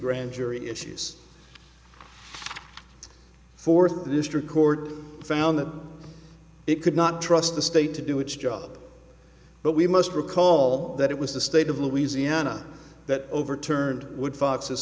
grand jury issues fourth district court found that it could not trust the state to do its job but we must recall that it was the state of louisiana that overturned would fox